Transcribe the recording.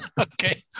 Okay